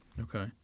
Okay